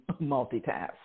multitask